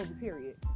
period